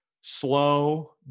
slow